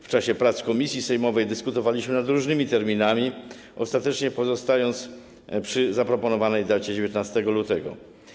W czasie prac komisji sejmowej dyskutowaliśmy nad różnymi terminami, ostatecznie pozostając przy zaproponowanej dacie 19 lutego.